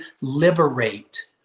liberate